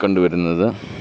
കണ്ടു വരുന്നത്